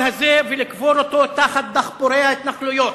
הזה ולקבור אותו תחת דחפורי ההתנחלויות,